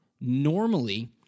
normally